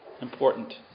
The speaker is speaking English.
important